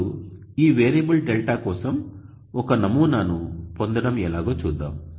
ఇప్పుడు ఈ వేరియబుల్ δ కోసం ఒక నమూనాను పొందడం ఎలాగో చూద్దాం